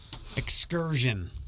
excursion